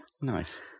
Nice